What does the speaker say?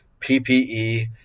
PPE